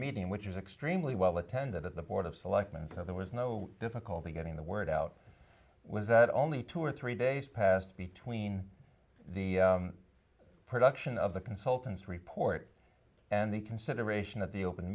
meeting which was extremely well attended at the board of selectmen so there was no difficulty getting the word out was that only two or three days passed between the production of the consultant's report and the consideration of the open